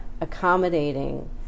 accommodating